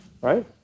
right